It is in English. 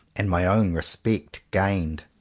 and my own respect gained.